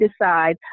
decide